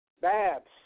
Babs